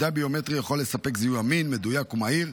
מידע ביומטרי יכול לספק זיהוי אמין, מדויק ומהיר.